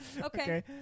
Okay